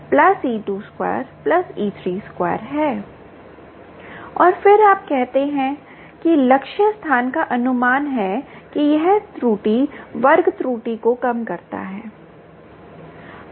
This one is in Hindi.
और फिर आप कहते हैं कि लक्ष्य स्थान का अनुमान है कि यह इस त्रुटि वर्ग त्रुटि को कम करता है